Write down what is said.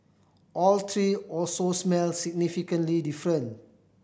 all three also smelled significantly different